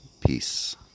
peace